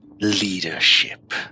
leadership